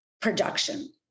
production